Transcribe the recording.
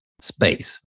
space